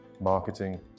marketing